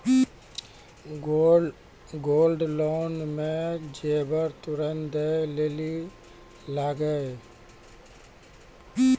Gold loan मे जेबर तुरंत दै लेली लागेया?